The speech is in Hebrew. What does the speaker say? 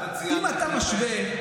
אם אתה משווה,